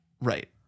Right